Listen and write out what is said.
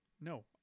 no